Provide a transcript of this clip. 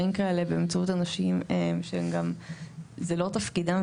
כאלה באמצעות אנשים שזה לא תפקדים,